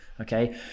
Okay